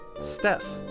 Steph